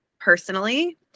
personally